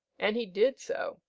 and he did so,